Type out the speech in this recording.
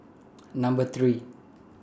Number three